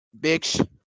bitch